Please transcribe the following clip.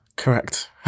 Correct